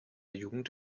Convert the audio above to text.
jugend